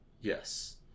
Yes